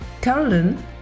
Carolyn